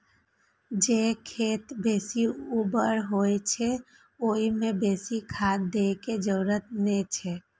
जे खेत बेसी उर्वर होइ छै, ओइ मे बेसी खाद दै के जरूरत नै छै